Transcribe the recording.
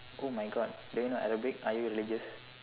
oh my god do you know arabic are you religious